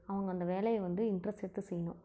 அவங்க அந்த வேலையை வந்து இன்ட்ரெஸ்ட் எடுத்து செய்யணும்